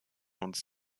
uns